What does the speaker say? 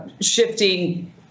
shifting